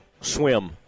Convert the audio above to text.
swim